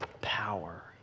Power